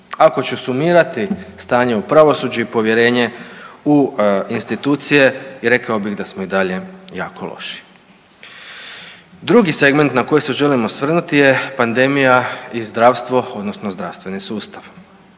Ako ću sumirati stanje u pravosuđu i povjerenje u institucije rekao bih da smo i dalje jako loši. Drugi segment na koji se želim osvrnuti je pandemija i zdravstvo odnosno zdravstveni sustav.